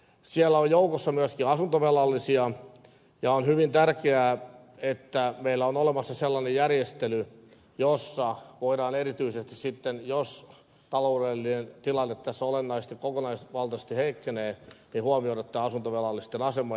siellä on joukossa myöskin asuntovelallisia ja on hyvin tärkeää että meillä on olemassa sellainen järjestely jossa voidaan erityisesti sitten jos taloudellinen tilanne tässä olennaisesti kokonaisvaltaisesti heikkenee huomioida asuntovelallisten asema